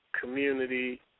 community